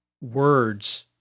words